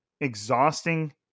exhausting